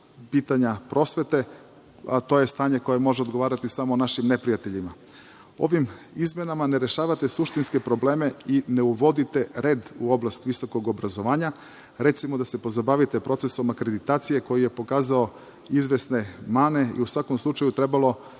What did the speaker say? pitanja prosvete, a to je stanje koje može odgovarati samo našim neprijateljima. Ovim izmenama ne rešavate suštinske probleme i ne uvodite red u oblast visokog obrazovanja, recimo da se pozabavite procesom akreditacije koji je pokazao izvesne mane i u svakom slučaju trebao